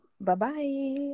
Bye-bye